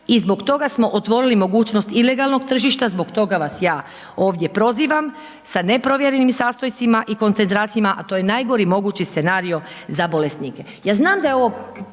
i zbog toga smo otvorili mogućnost ilegalnog tržišta zbog toga vas ja ovdje prozivam sa neprovjerenim sastojcima i koncentracijama, a to je najgori mogući scenario za bolesnike.